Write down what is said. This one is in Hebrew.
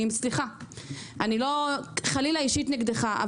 סליחה, לא חלילה אישית נגדך.